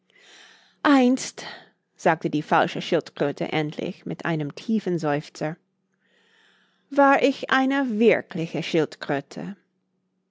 einst sagte die falsche schildkröte endlich mit einem tiefen seufzer war ich eine wirkliche schildkröte